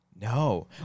No